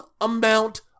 amount